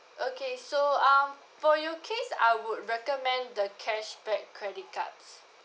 okay so um for your case I would recommend the cashback credit cards